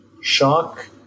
shock